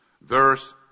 verse